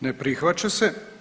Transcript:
Ne prihvaća se.